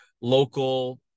local